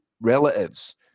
relatives